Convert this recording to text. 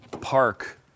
park